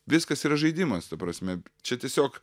viskas yra žaidimas ta prasme čia tiesiog